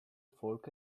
folk